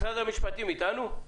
רבותי, משרד המשפטים אתנו?